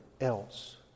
else